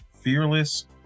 Fearless